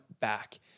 back